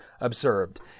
observed